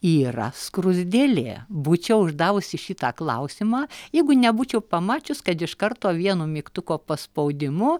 yra skruzdėlė būčiau uždavusi šitą klausimą jeigu nebūčiau pamačius kad iš karto vienu mygtuko paspaudimu